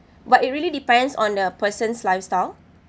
but it really depends on a person's lifestyle